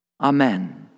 Amen